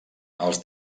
els